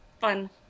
fun